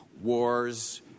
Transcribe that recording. wars